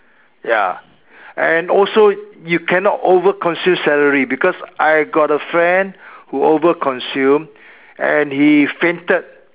ya and also you cannot over consume celery because I got a friend who over consume and he fainted